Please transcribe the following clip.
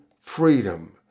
freedom